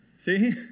see